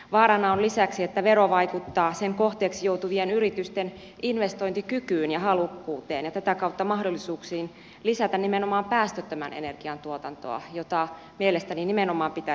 vaarana on lisäksi että vero vaikuttaa sen kohteeksi joutuvien yritysten investointikykyyn ja halukkuuteen ja tätä kautta mahdollisuuksiin lisätä nimenomaan päästöttömän energian tuotantoa jota mielestäni nimenomaan pitäisi tukea